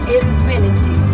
infinity